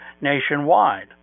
nationwide